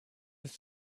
ist